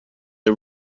are